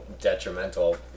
detrimental